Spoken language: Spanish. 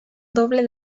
doble